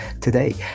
today